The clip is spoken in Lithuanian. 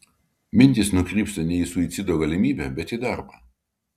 mintys nukrypsta ne į suicido galimybę bet į darbą